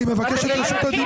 אני מבקש משפט.